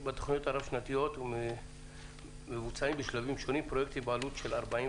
הרב-שנתיות מבוצעים בשלבים שונים פרויקטים בעלות של 44